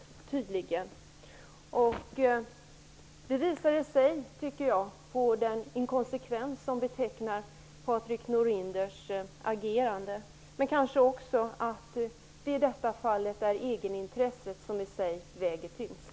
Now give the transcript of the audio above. Jag tycker att det i sig visar på den inkonsekvens som betecknar Patrik Norinders agerande, men kanske också att det i detta fall är egenintresset som i sig väger tyngst.